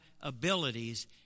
abilities